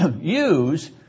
use